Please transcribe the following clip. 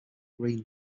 green